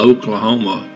Oklahoma